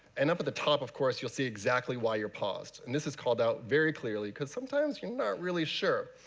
and up at the top, of course, you'll see exactly why you're paused. and this is called out very clearly, because sometimes you're not really sure.